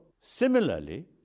similarly